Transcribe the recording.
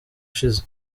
ushize